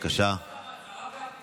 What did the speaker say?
הרב גפני,